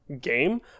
game